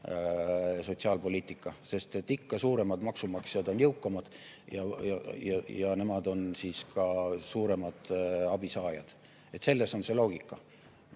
sotsiaalpoliitika, sest ikka suuremad maksumaksjad on jõukamad ja nemad on ka suuremad abisaajad. Selles on see loogika.